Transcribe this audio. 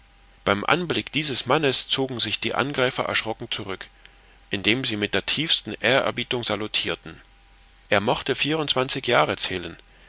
beim anblick dieses mannes zogen sich die angreifer erschrocken zurück indem sie mit der tiefsten ehrerbietung salutirten er mochte vierundzwanzig jahre zählen